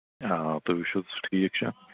آ تُہۍ وٕچھِو سُہ ٹھیٖک چھا